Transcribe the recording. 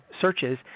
searches